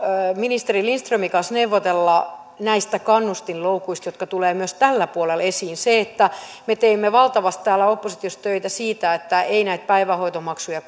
ministeri lindströmin kanssa neuvotella näistä kannustinloukuista jotka tulevat myös tällä puolella esiin me teemme valtavasti täällä oppositiossa töitä että ei näitä päivähoitomaksuja